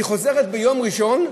והיא חוזרת ביום ראשון,